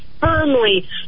firmly